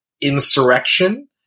Insurrection